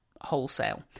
wholesale